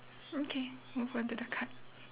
okay move on to the card